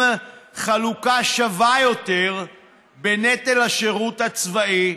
חלוקה שווה יותר בנטל השירות הצבאי,